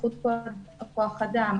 איכות כוח אדם,